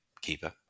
keeper